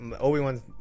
Obi-Wan